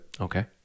Okay